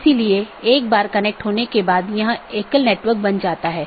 तो 16 बिट के साथ कई ऑटोनॉमस हो सकते हैं